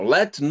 Let